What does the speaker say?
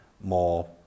more